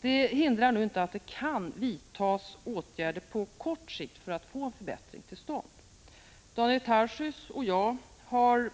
Det hindrar inte att det kan vidtas åtgärder på kort sikt för att få en förbättring till stånd. Daniel Tarschys och jag har